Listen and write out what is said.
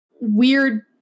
weird